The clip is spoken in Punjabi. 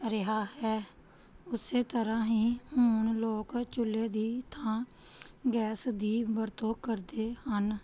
ਰਿਹਾ ਹੈ ਉਸੇ ਤਰ੍ਹਾਂ ਹੀ ਹੁਣ ਲੋਕ ਚੁੱਲ੍ਹੇ ਦੀ ਥਾਂ ਗੈਸ ਦੀ ਵਰਤੋਂ ਕਰਦੇ ਹਨ